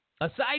Aside